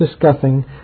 discussing